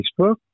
Facebook